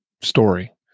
story